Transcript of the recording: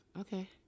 Okay